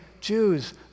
Jews